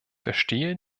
verstehe